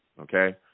Okay